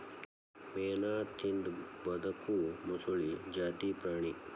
ಮೇನಾ ತಿಂದ ಬದಕು ಮೊಸಳಿ ಜಾತಿ ಪ್ರಾಣಿ